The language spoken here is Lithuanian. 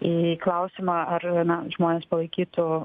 į klausimą ar na žmonės palaikytų